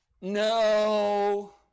no